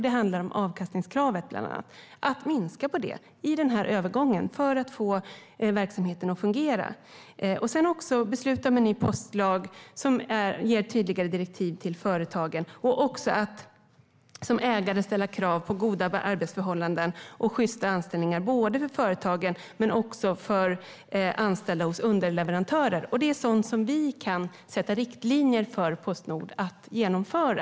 Det handlar bland annat om att minska avkastningskravet i den här övergången för att få verksamheten att fungera. Sedan handlar det också om ett beslut om en ny postlag som ger tydligare direktiv till företagen samt om att som ägare ställa krav på goda arbetsförhållanden och sjysta anställningar, både för företagen och för anställda hos underleverantörer. Det är sådant som vi kan sätta riktlinjer för Postnord att genomföra.